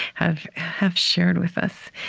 have have shared with us.